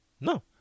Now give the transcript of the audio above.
No